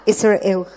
Israel